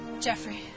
Jeffrey